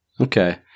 Okay